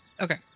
Okay